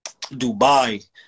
Dubai